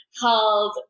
called